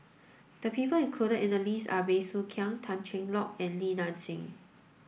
the people included in the list are Bey Soo Khiang Tan Cheng Lock and Li Nanxing